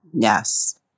Yes